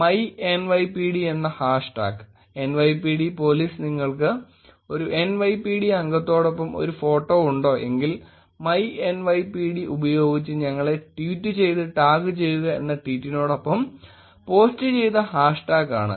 myNYPD എന്ന hashtag NYPD police നിങ്ങൾക്ക് ഒരു NYPD അംഗത്തോടൊപ്പം ഒരു ഫോട്ടോ ഉണ്ടോ എങ്കിൽ myNYPD ഉപയോഗിച്ച് ഞങ്ങളെ ട്വീറ്റ് ചെയ്ത് ടാഗ് ചെയ്യുക എന്ന ട്വീറ്റിനൊപ്പം പോസ്റ്റ് ചെയ്ത ഹാഷ് ടാഗ് ആണ്